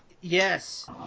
yes